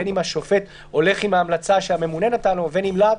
בין אם השופט הולך עם ההמלצה שהממונה נתן לו ובין אם לאו,